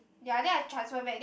ya then I transfer back then I